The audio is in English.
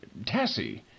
Tassie